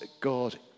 God